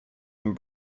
and